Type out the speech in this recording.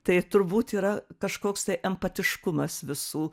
tai turbūt yra kažkoks tai empatiškumas visų